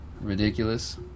Ridiculous